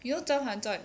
you know 甄嬛传